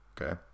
Okay